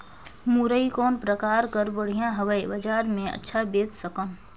मुरई कौन प्रकार कर बढ़िया हवय? बजार मे अच्छा बेच सकन